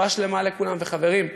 רפואה שלמה לכולם, וחברים,